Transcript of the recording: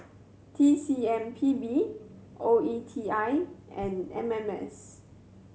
T C M P B O E T I and M M S